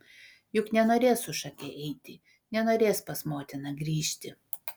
juk nenorės su šake eiti nenorės pas motiną grįžti